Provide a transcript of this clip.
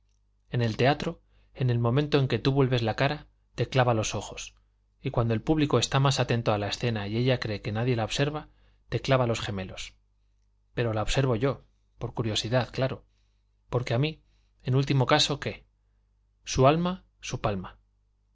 en el teatro en el momento en que tú vuelves la cara te clava los ojos y cuando el público está más atento a la escena y ella cree que nadie la observa te clava los gemelos pero la observo yo por curiosidad claro porque a mí en último caso qué su alma su palma